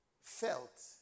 felt